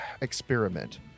experiment